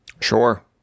Sure